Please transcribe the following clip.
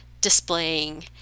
displaying